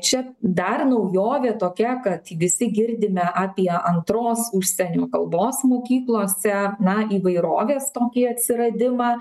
čia dar naujovė tokia kad visi girdime apie antros užsienio kalbos mokyklose na įvairovės tokį atsiradimą